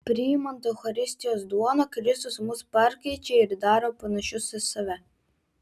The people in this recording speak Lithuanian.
priimant eucharistijos duoną kristus mus perkeičia daro panašius į save